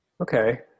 Okay